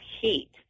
heat